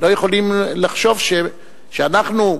לא יכולים לחשוב שאנחנו,